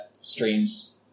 streams